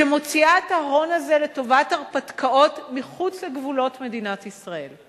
שמוציאה את ההון הזה לטובת הרפתקאות מחוץ לגבולות מדינת ישראל,